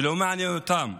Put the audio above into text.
שלא מעניין אותם